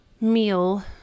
meal